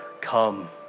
come